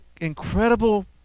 incredible